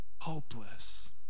hopeless